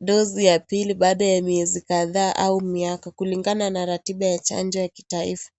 dosi ya pili baada ya miezi kadhaa au miaka kulingana na ratiba ya chanjo ya kitaifa.